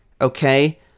okay